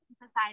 emphasize